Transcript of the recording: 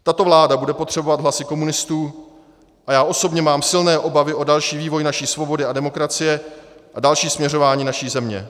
Tato vláda bude potřebovat hlasy komunistů a já osobně mám silné obavy o další vývoj naší svobody a demokracie a další směřování naší země.